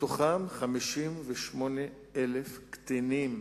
מתוכם 58,000 קטינים.